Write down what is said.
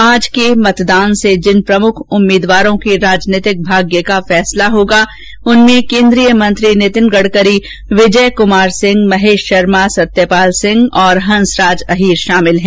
आज के मतदान से जिन प्रमुख उम्मीदवारों के राजनीतिक भाग्य का फैसला होगा उनमें केन्द्रीय मंत्री नीतिन गडकरी विजय कमार सिंह महेश शर्मा सत्यपाल सिंह और हंसराज अहीर शामिल हैं